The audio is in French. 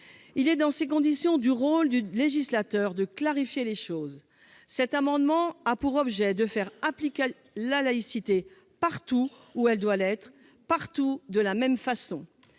sujet. Dans ces conditions, il est du rôle du législateur de clarifier les choses. Cet amendement a pour objet de faire appliquer le principe de laïcité partout où il doit l'être, partout de la même façon.